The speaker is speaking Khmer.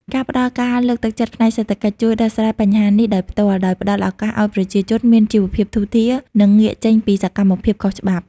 ការផ្តល់ការលើកទឹកចិត្តផ្នែកសេដ្ឋកិច្ច ជួយដោះស្រាយបញ្ហានេះដោយផ្ទាល់ ដោយផ្តល់ឱកាសឱ្យប្រជាជនមានជីវភាពធូរធារ និងងាកចេញពីសកម្មភាពខុសច្បាប់។